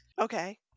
Okay